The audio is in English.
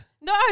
No